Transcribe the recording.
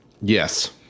Yes